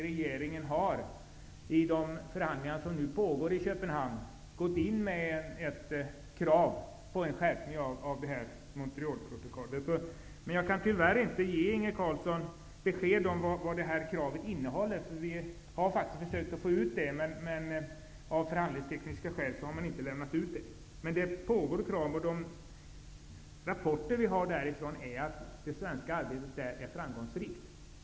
Regeringen har i de förhandlingar som nu pågår i Köpenhamn framställt ett krav på en skärpning av Montrealprotokollet. Tyvärr kan jag inte ge Inge Carlsson besked om innehållet beträffande det här kravet. Vi har faktiskt försökt få information, men av förhandlingstekniska skäl har man inte lämnat ut någon sådan. Enligt vad som rapporterats från förhandlingarna är det svenska arbetet, nu som tidigare, framgångsrikt.